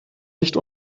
nicht